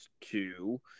two